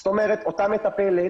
זאת אומרת, אותה מטפלת